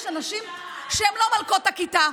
יש אנשים שהם לא מלכות הכיתה.